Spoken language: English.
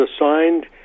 assigned